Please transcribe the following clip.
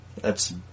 thats